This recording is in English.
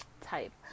type